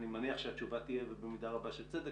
אני מניח שהתשובה תהיה במידה רבה של צדק